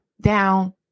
down